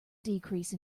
decrease